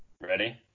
Ready